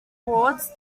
wards